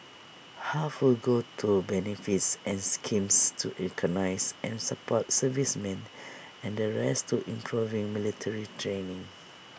half will go to benefits and schemes to recognise and support servicemen and the rest to improving military training